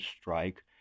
strike